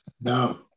No